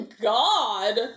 god